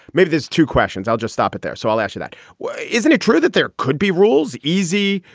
maybe there's two questions. i'll just stop it there. so i'll ask you that way. isn't it true that there could be rules, easy,